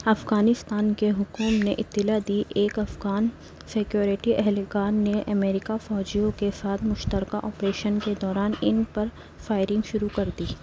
افغانستان کے حکومت نے اطلاع دی ایک افغان سیکیورٹی اہلکار نے امیریکہ فوجیوں کے ساتھ مشترکہ آپریشن کے دوران ان پر فائرنگ شروع کر دی